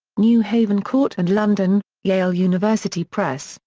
new haven ct and london yale university press,